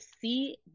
see